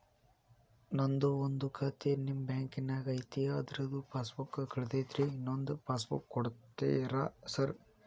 ನಂದು ಒಂದು ಖಾತೆ ನಿಮ್ಮ ಬ್ಯಾಂಕಿನಾಗ್ ಐತಿ ಅದ್ರದು ಪಾಸ್ ಬುಕ್ ಕಳೆದೈತ್ರಿ ಇನ್ನೊಂದ್ ಪಾಸ್ ಬುಕ್ ಕೂಡ್ತೇರಾ ಸರ್?